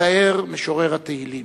מתאר משורר תהילים.